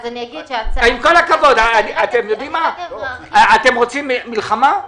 אתם רוצים מלחמה?